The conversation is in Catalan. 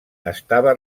estava